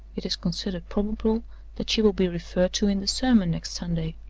it is considered probable that she will be referred to in the sermon next sunday.